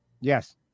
Yes